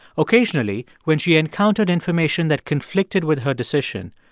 occasionally, when she encountered information that conflicted with her decision,